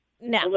No